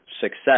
success